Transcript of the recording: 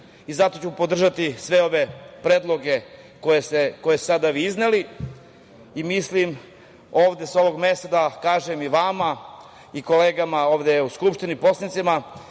rekli. Zato ću podržati sve one predloge koje ste sada izneli i mislim da vam ovde, sa ovog mesta, kažem i vama i kolegama ovde u Skupštini, poslanicima,